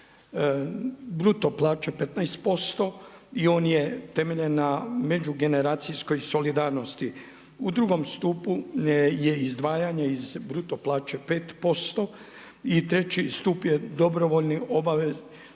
bruto plaće 15% i on je temeljen na međugeneracijskoj solidarnosti. U drugom stupu je izdvajanje iz bruto plaće 5% i treći stup je dobrovoljni koji